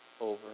over